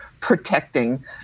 protecting